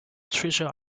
treasure